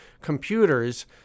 computers